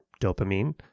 dopamine